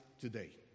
today